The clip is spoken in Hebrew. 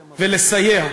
ולסייע.